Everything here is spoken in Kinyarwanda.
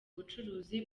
ubucuruzi